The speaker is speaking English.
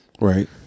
right